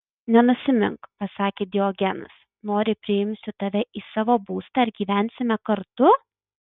nenusimink pasakė diogenas nori priimsiu tave į savo būstą ir gyvensime kartu